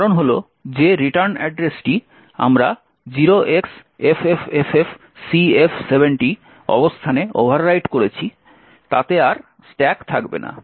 কারণ হল যে রিটার্ন অ্যাড্রেসটি আমরা 0xffffcf70 অবস্থানে ওভাররাইট করেছি তাতে আর স্ট্যাক থাকবে না